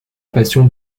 passion